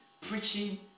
preaching